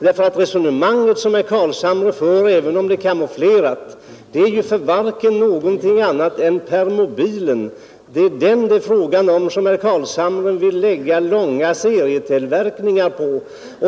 Det resonemang herr Carlshamre för gäller, även om det är kamouflerat, ingenting annat än Permobilen, som herr Carlshamre vill lägga ut serietillverkning på.